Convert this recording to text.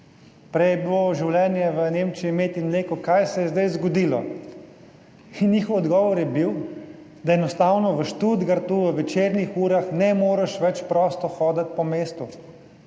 Prej je bilo življenje v Nemčiji med in mleko, kaj se je zdaj zgodilo? In njihov odgovor je bil, da enostavno v Stuttgartu, v večernih urah, ne moreš več prosto hoditi po mestu.